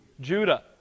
Judah